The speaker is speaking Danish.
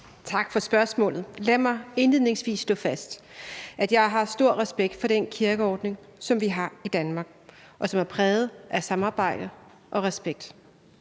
Tak for spørgsmålet. Lad mig indledningsvis slå fast, at jeg har stor respekt for den kirkeordning, som vi har i Danmark, og som er præget af samarbejde og respekt.